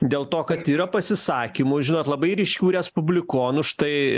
dėl to kad yra pasisakymų žinot labai ryškių respublikonų štai